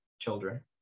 children